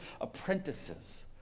apprentices